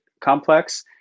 complex